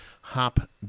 hop